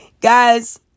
guys